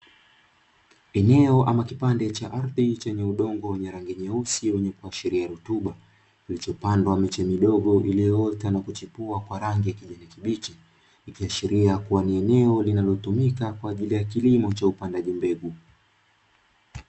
Eneo au kipande cha ardhi chenye udongo mweusi; wenye kuashiria rutuba, kilichopandwa miche midogo iliyoota na kuchipua kwa rangi ya kijani kibichi, ikiashiria ni eneo linalotumika kwa ajili ya kilimo cha upandaji mbegu.